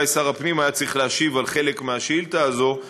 אולי שר הפנים היה צריך להשיב על חלק מהשאילתה הזו,